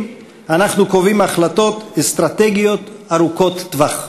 אנחנו קובעים החלטות אסטרטגיות ארוכות טווח.